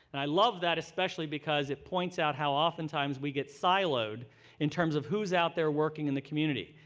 and i love that especially because it points out how oftentimes we get siloed in terms of who is out there working in the community.